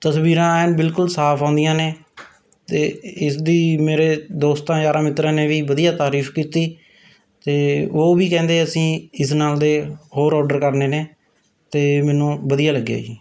ਤਸਵੀਰਾਂ ਐਨ ਬਿਲਕੁਲ ਸਾਫ ਆਉਂਦੀਆਂ ਨੇ ਅਤੇ ਇਸ ਦੀ ਮੇਰੇ ਦੋਸਤਾਂ ਯਾਰਾਂ ਮਿੱਤਰਾਂ ਨੇ ਵੀ ਵਧੀਆ ਤਾਰੀਫ ਕੀਤੀ ਅਤੇ ਉਹ ਵੀ ਕਹਿੰਦੇ ਅਸੀਂ ਇਸ ਨਾਲ ਦੇ ਹੋਰ ਆਰਡਰ ਕਰਨੇ ਨੇ ਅਤੇ ਮੈਨੂੰ ਵਧੀਆ ਲੱਗਿਆ ਜੀ